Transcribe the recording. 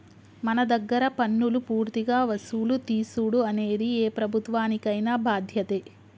మన దగ్గర పన్నులు పూర్తిగా వసులు తీసుడు అనేది ఏ ప్రభుత్వానికైన బాధ్యతే